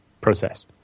process